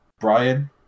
Brian